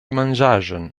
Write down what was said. manĝaĵon